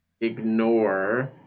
ignore